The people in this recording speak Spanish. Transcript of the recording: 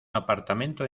apartamento